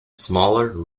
smaller